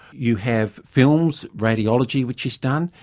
you have films, radiology which is done.